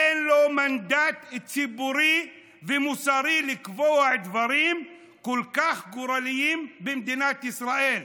אין לו מנדט ציבורי ומוסרי לקבוע דברים כל כך גורליים במדינת ישראל.